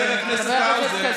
תתביישו.